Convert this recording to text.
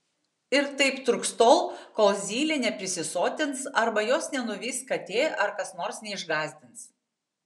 ir taip truks tol kol zylė neprisisotins arba jos nenuvys katė ar kas nors neišgąsdins